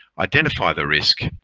identify the risk,